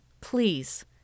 please